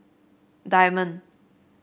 diamond